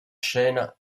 scena